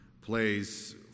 plays